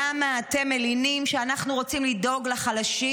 למה אתם מלינים שאנחנו רוצים לדאוג לחלשים?